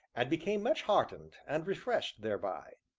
and became much heartened and refreshed thereby.